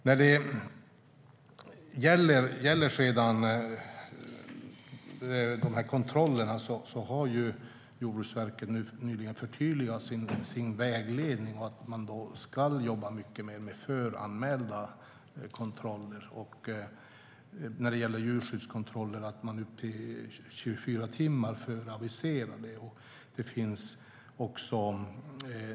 När det gäller kontrollerna har Jordbruksverket nyligen förtydligat sin vägledning. Man ska jobba mycket mer med föranmälda kontroller. När det handlar om djurskyddskontroller ska man avisera dem 24 timmar innan de sker.